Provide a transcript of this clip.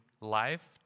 life